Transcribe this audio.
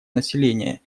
населения